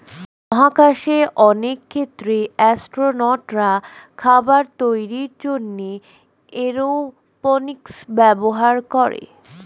মহাকাশে অনেক ক্ষেত্রে অ্যাসট্রোনটরা খাবার তৈরির জন্যে এরওপনিক্স ব্যবহার করে